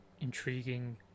intriguing